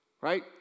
Right